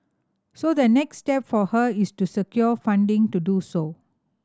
so the next step for her is to secure funding to do so